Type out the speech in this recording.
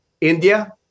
India